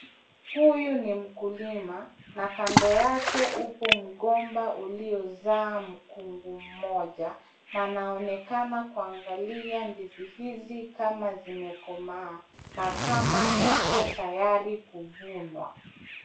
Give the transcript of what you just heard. Huyu ni mkulima na kando yake upo mgomba uliozaa mkungu mmoja, na anoenakana kuangalia ndizi hizi kama zimekomaa na kama upo tayari kuvunwa.